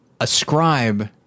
ascribe